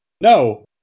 No